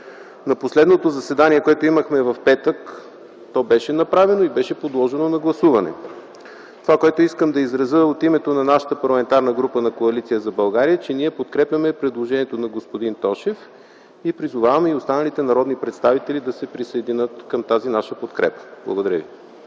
На последното заседание, което имахме в петък, то беше направено и беше подложено на гласуване. Това, което искам да изразя от името на Парламентарната група на Коалиция за България, е, че ние подкрепяме предложението на господин Тошев и призоваваме и останалите народни представители да се присъединят към тази наша подкрепа. Благодаря ви.